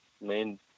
main